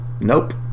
Nope